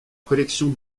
collection